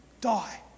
die